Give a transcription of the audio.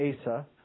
Asa